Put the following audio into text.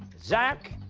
zach,